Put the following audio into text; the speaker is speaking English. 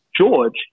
George